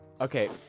Okay